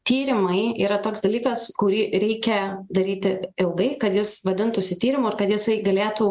tyrimai yra toks dalykas kurį reikia daryti ilgai kad jis vadintųsi tyrimu ir kad jisai galėtų